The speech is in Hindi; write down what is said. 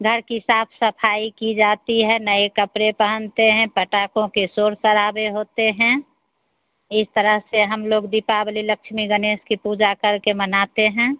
घर की साफ़ सफ़ाई की जाती है नए कपड़े पहनते हैं पटाखों के शोर शराबे होते हैं इस तरह से हम लोग दीपावली लक्ष्मी गणेश की पूजा करके मनाते हैं